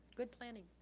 good planning.